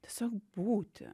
tiesiog būti